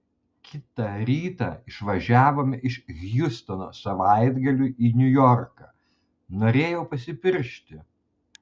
kitą rytą išvažiavome iš hjustono savaitgaliui į niujorką norėjau pasipiršti